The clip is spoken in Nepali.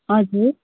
हजुर